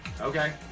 Okay